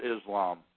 Islam